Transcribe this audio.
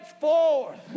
forth